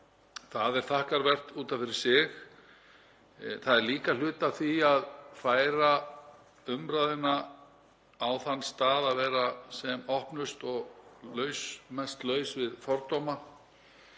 það er þakkarvert út af fyrir sig. Það er líka hluti af því að færa umræðuna á þann stað að vera sem opnust og mest laus við fordóma.